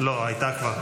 לא, הייתה כבר.